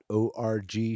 org